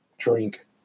drink